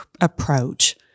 approach